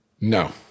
No